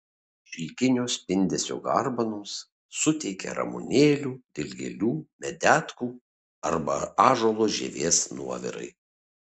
šilkinio spindesio garbanoms suteikia ramunėlių dilgėlių medetkų arba ąžuolo žievės nuovirai